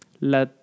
La